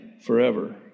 forever